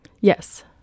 Yes